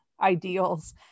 ideals